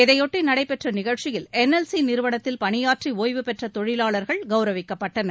இதையொட்டி நடைபெற்ற நிகழ்ச்சியில் என்எல்சி நிறுவனத்தில் பணியாற்றி ஒய்வு பெற்ற தொழிலாளர்கள் கௌரவிக்கப்பட்டனர்